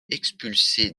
expulsé